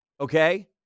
okay